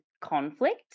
conflict